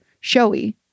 showy